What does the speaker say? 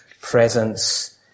presence